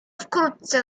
wkrótce